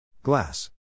Glass